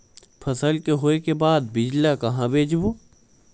फसल के होय के बाद बीज ला कहां बेचबो?